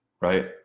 right